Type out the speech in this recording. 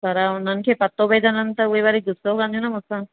पर हुननि खे पतो भेजंदमि त उहे वरी गुस्सो कंदियूं न मूंसां